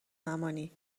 زمانی